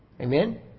Amen